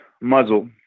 muzzle